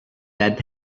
that